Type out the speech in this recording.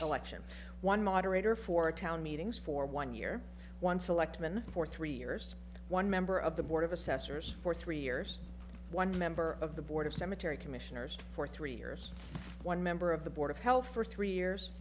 election one moderator for a town meetings for one year one selectman for three years one member of the board of assessors for three years one member of the board of cemetery commissioners for three years one member of the board of health for three years